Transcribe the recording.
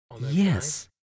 Yes